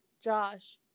Josh